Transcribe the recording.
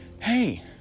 Hey